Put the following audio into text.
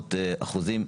בעשרות אחוזים.